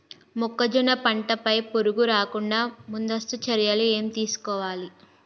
మొక్కజొన్న పంట పై పురుగు రాకుండా ముందస్తు చర్యలు ఏం తీసుకోవాలి?